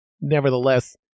Nevertheless